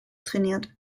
trainiert